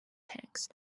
tanks